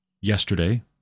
yesterday